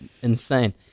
insane